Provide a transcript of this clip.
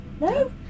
no